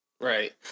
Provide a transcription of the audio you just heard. Right